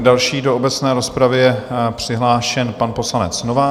Další do obecné rozpravy je přihlášen pan poslanec Novák.